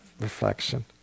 reflection